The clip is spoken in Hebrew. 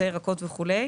ירקות וכולי.